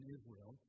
Israel